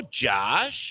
Josh